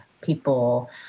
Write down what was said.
people